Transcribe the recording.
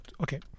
okay